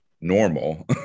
normal